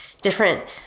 different